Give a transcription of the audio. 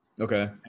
Okay